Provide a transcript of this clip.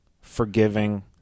forgiving